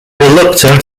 reluctant